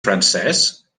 francès